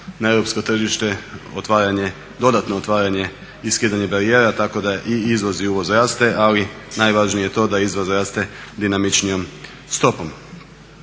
na europsko tržište dodatno otvaranje i skidanje barijera tako da i izvoz i uvoz raste, ali najvažnije je to da izvoz raste dinamičnijom stopom.